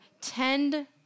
tend